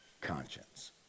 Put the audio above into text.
conscience